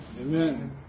Amen